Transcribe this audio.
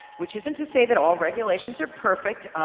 which isn't to say that all regulations are perfect.